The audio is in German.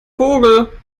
vogel